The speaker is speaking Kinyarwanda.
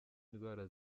ndwara